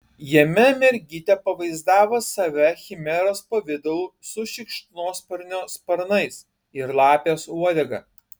jame mergytė pavaizdavo save chimeros pavidalu su šikšnosparnio sparnais ir lapės uodega